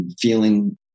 feeling